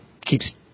keeps